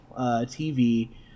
TV